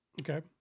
Okay